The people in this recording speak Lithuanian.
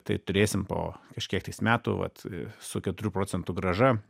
tai turėsim po kažkiek tais metų vat su keturių procentų grąža